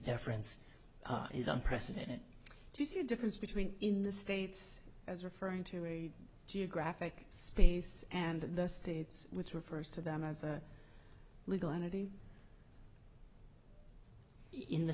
deference is unprecedented do you see a difference between in the states as referring to a geographic space and the states which refers to them as a legal entity in the